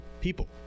people